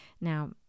Now